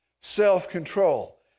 self-control